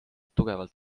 tugevalt